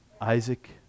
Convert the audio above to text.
Isaac